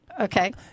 Okay